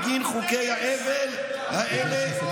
בגין חוקי ההבל האלה,